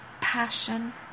passion